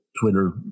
Twitter